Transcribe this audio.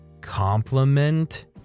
compliment